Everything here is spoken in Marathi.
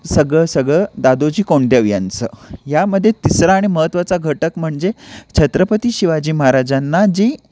सगळं सगळं दादोजी कोंडदेव यांचं यामध्ये तिसरा आणि महत्त्वाचा घटक म्हणजे छत्रपती शिवाजी महाराजांना जी